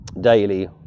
daily